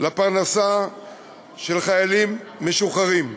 לפרנסה של חיילים משוחררים.